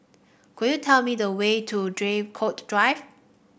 could you tell me the way to Draycott Drive